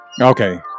Okay